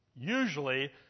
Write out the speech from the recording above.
Usually